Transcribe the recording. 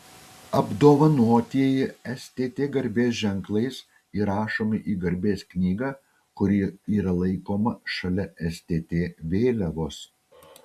apdovanotieji stt garbės ženklais įrašomi į garbės knygą kuri yra laikoma šalia stt vėliavos